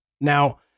Now